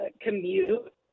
commute